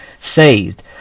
saved